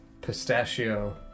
pistachio